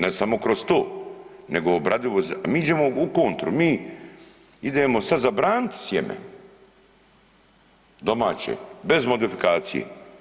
Ne samo kroz to, nego obradivo, mi iđemo u kontru, mi idemo sad zabraniti sjeme domaće bez modifikacije.